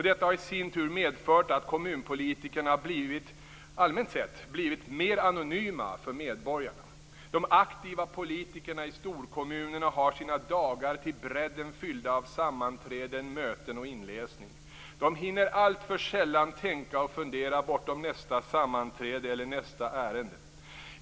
Detta har i sin tur medfört att kommunpolitikerna allmänt sett blivit mer anonyma för medborgarna. De aktiva politikerna i storkommunerna har sina dagar till brädden fyllda av sammanträden, möten och inläsning. De hinner alltför sällan tänka och fundera bortom nästa sammanträde eller nästa ärende.